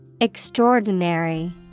Extraordinary